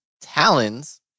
talons